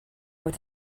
with